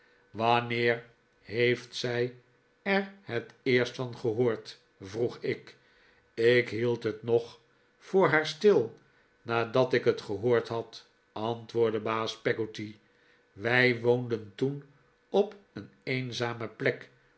wanneer heeft zij er het eerst van gehoord vroeg ik ik hield het nog voor haar stil nadat ik het gehoord had antwoordde baas peggotty wij woonden toen op een eenzame plek